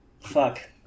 Fuck